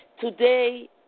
Today